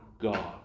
God